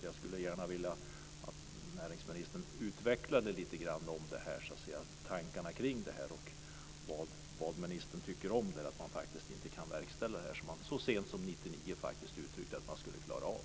Jag skulle gärna vilja att näringsministern lite grann utvecklade tankarna kring detta och vad ministern tycker om att man inte kan verkställa det som man så sent som 1999 uttryckte att man skulle klara av.